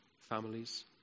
families